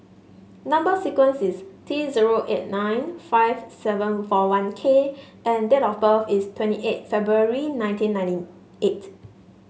number sequence is T zero eight nine five seven four one K and date of birth is twenty eight February nineteen ninety eight